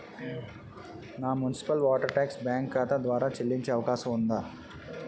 నా municipal water tax bank ఖాతా ద్వారా చెల్లించే అవకాశం ఉందా?